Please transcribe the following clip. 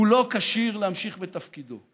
הוא לא כשיר להמשיך בתפקידו.